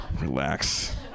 Relax